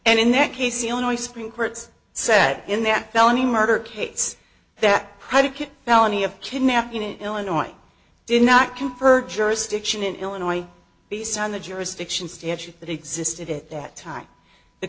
and in that case the only supreme courts said in that felony murder case that predicate felony of kidnapping in illinois did not confer jurisdiction in illinois beside the jurisdiction statute that existed at that time the